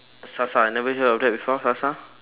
sasa never heard of that before sasa